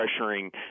pressuring